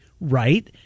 Right